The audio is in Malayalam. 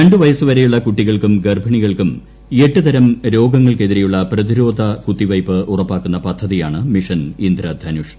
രണ്ട് വയസുവരെയുള്ള കുട്ടികൾക്കും ഗർഭിണികൾക്കും എട്ട് തരം രോഗങ്ങൾക്കെതിരെയുള്ള പ്രതിരോധ കുത്തിവയ്പ്പ് ഉറപ്പാക്കുന്ന പദ്ധതിയാണ് മിഷൻ ഇന്ദ്രധനുഷ്